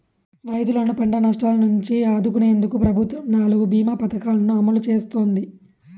రైతులను పంట నష్టాల నుంచి ఆదుకునేందుకు ప్రభుత్వం నాలుగు భీమ పథకాలను అమలు చేస్తోంది